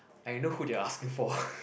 I know who they are asking for